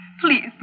Please